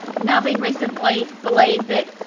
now been recently believed that.